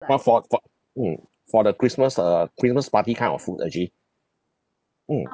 but for for mm for the christmas uh christmas party kind of food actually mm